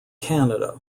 canada